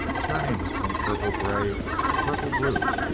turning from purple-grey to purple-blue,